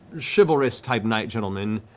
chivalrous-type knight gentleman,